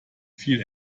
viel